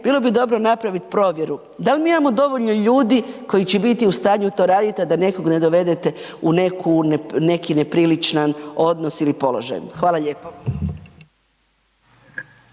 bilo bi dobro napraviti provjeru da li mi imamo dovoljno ljudi koji će biti u stanju to radit a da nekog ne dovedete u neki nepriličan odnos ili položaj. Hvala lijepo.